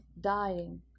dying